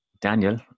Daniel